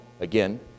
again